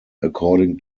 according